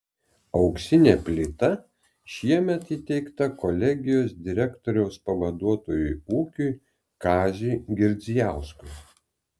auksinė plyta šiemet įteikta kolegijos direktoriaus pavaduotojui ūkiui kaziui girdzijauskui